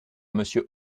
monsieur